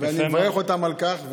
ואני מברך אותם על כך,